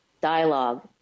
dialogue